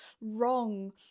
wrong